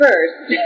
First